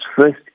first